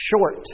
short